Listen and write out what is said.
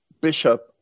bishop